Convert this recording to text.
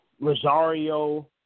Rosario